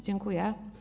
Dziękuję.